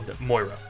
Moira